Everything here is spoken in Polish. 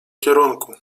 kierunku